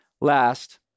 last